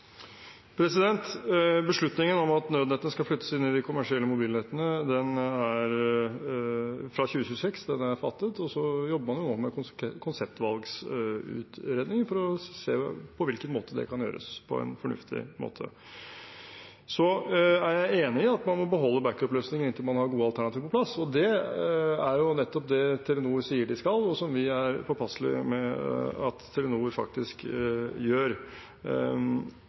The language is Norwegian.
Beslutningen om at nødnettet skal flyttes inn i de kommersielle mobilnettene fra 2026, er fattet, og så jobber man nå med en konseptvalgutredning for å se på hvordan det kan gjøres på en fornuftig måte. Jeg er enig i at man må beholde backupløsninger inntil man har gode alternativer på plass. Det er nettopp det Telenor sier at de skal, og som vi er påpasselige med at Telenor faktisk gjør.